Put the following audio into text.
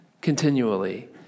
continually